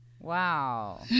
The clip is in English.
wow